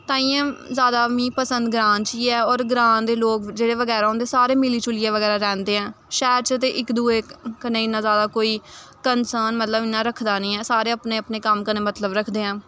तांइयैं जैदा मी पसंद ग्रां च गै ऐ होर ग्रां दे लोग जेह्ड़े बगैरा होंदे सारे मिली जुलियै बगैरा रैंह्दे ऐं शैह्र च ते इक दुए कन्नै इन्ना जैदा कोई कंसर्न मतलब इन्ना रखदा निं ऐ सारे अपने अपने कम्म कन्नै मतलब रखदे ऐं